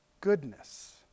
Goodness